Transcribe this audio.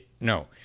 No